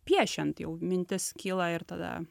piešiant jau mintis kyla ir tada